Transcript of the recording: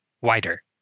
wider